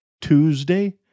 Tuesday